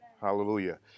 Hallelujah